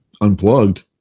Unplugged